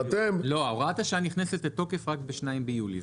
הוראת השעה נכנסת לתוקף רק ב-2 ביולי.